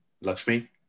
Lakshmi